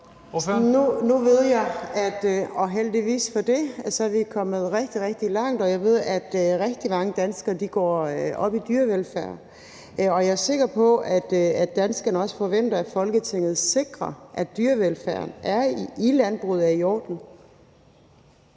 for det – er kommet rigtig, rigtig langt, og jeg ved, at rigtig mange danskere går op i dyrevelfærd. Jeg er sikker på, at danskerne også forventer, at Folketinget sikrer, at dyrevelfærd i landbruget er i orden.